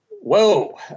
whoa